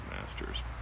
masters